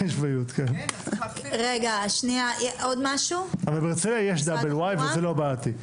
אבל בהרצליה יש דאבל Y וזה לא בעייתי.